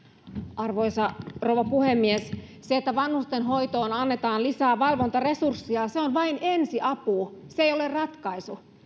arvoisa rouva puhemies se että vanhustenhoitoon annetaan lisää valvontaresurssia on vain ensiapu se ei ole ratkaisu